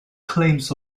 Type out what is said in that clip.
claims